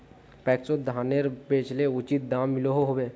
पैक्सोत धानेर बेचले उचित दाम मिलोहो होबे?